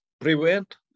prevent